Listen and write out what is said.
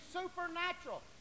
supernatural